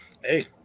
Hey